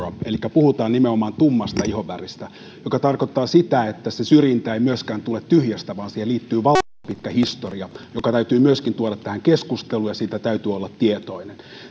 elikkä puhutaan nimenomaan tummasta ihonväristä mikä tarkoittaa sitä että se syrjintä ei myöskään tule tyhjästä vaan siihen liittyy valtavan pitkä historia joka täytyy myöskin tuoda tähän keskusteluun ja siitä täytyy olla tietoinen